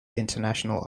international